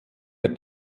der